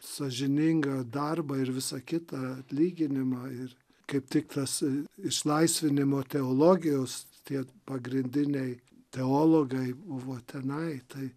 sąžiningą darbą ir visa kita atlyginimą ir kaip tik tas išlaisvinimo teologijos tie pagrindiniai teologai buvo tenai tai